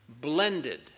blended